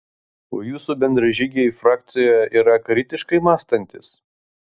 o jūsų bendražygiai frakcijoje yra kritiškai mąstantys